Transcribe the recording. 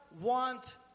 want